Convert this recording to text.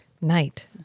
night